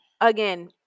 Again